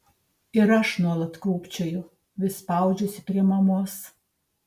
ir aš nuolat krūpčioju vis spaudžiuosi prie mamos